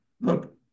look